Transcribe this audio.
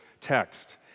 text